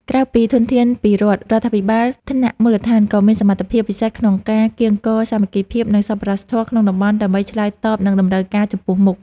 ក្រៅពីធនធានពីរដ្ឋ រដ្ឋាភិបាលថ្នាក់មូលដ្ឋានក៏មានសមត្ថភាពពិសេសក្នុងការកៀងគរសាមគ្គីភាព និងសប្បុរសធម៌ក្នុងតំបន់ដើម្បីឆ្លើយតបនឹងតម្រូវការចំពោះមុខ។